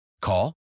Call